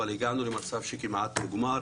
אבל הגענו למצב כמעט מוגמר.